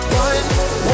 one